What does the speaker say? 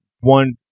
One